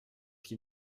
qui